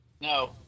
No